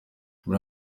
muri